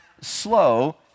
slow